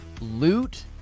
loot